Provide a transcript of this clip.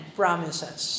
promises